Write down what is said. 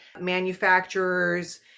manufacturers